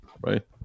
right